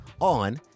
on